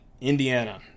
Indiana